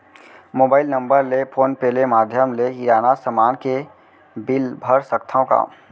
Mobile number ले PhonePe ले माधयम ले किराना समान के बिल भर सकथव का?